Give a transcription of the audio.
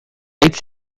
hitz